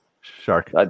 Shark